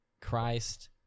Christ